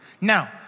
Now